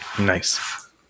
Nice